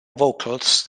vocals